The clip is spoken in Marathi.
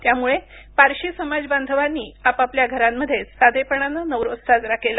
त्यामुळे पारशी समाजबांधवांनी आपापल्या घरांमध्येच साधेपणानं नवरोज साजरा केला